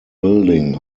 building